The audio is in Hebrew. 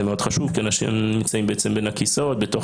זה מאוד חשוב כי אנשים נמצאים בין הכיסאות בתוך